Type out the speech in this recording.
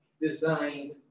designed